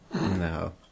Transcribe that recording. No